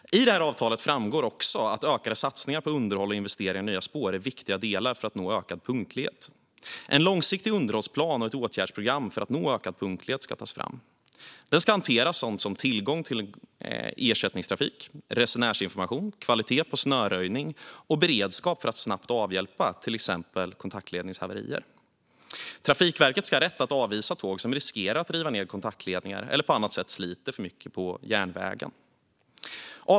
I avtalet framgår också att ökade satsningar på underhåll och investeringar i nya spår är viktiga delar för att nå ökad punktlighet. En långsiktig underhållsplan och ett åtgärdsprogram för att nå ökad punktlighet ska tas fram. Det ska hantera sådant som tillgång till ersättningstrafik, resenärsinformation, kvalitet på snöröjning och beredskap för att snabbt avhjälpa till exempel kontaktledningshaverier. Trafikverket ska ha rätt att avvisa tåg som riskerar att riva ned kontaktledningar eller på annat sätt sliter för mycket på järnvägen. Herr talman!